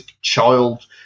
child